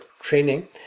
training